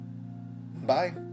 Bye